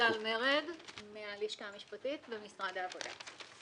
סיגל מרד מהלשכה המשפטית במשרד העבודה.